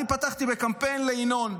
אני פתחתי בקמפיין לינון,